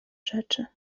rzeczy